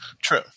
True